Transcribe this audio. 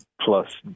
plus